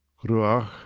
gruach.